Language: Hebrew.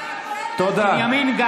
גנץ,